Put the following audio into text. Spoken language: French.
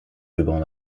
rubans